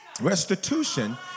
restitution